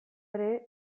ere